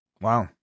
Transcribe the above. Wow